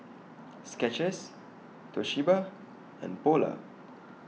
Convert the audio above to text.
Skechers Toshiba and Polar